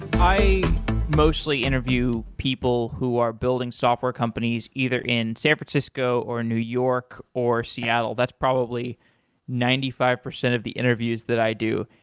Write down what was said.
i mostly interview people who are building software companies either in san francisco or new york or seattle, that's probably ninety five percent of the interviews that i do.